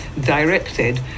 directed